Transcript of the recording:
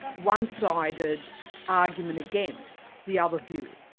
one-sided argument against the other view.